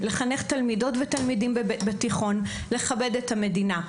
לחנך תלמידות ותלמידים בתיכון לכבד את המדינה,